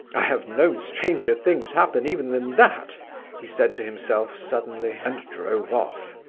i have known stranger things happen even than that he said to himself suddenly, and drove off.